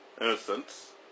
Innocence